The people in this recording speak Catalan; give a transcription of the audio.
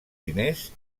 diners